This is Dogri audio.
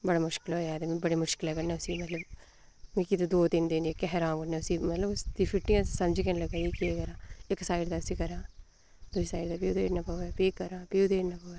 बड़ा मुश्कल होआ हा ते में बड़ी मुश्कलैं कन्नै सीनां लग्गी मिगी दो तिन्न दिन जेह्के उस्सी मतलब उसदी फिटिंग दी समझ गै निं लग्गा दी केह् ऐ बगैरा इक साईड दा दूई साईड उदेड़ना प'वै फ्ही कर फ्ही उदेड़ना प'वै